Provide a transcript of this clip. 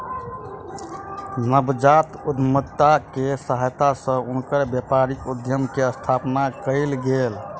नवजात उद्यमिता के सहायता सॅ हुनकर व्यापारिक उद्यम के स्थापना कयल गेल